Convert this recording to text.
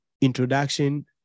introduction